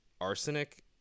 arsenic